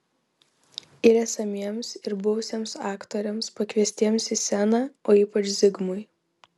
ir esamiems ir buvusiems aktoriams pakviestiems į sceną o ypač zigmui